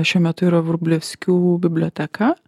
šiuo metu yra vrublevskių biblioteka